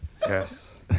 Yes